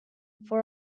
for